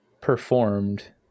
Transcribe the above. performed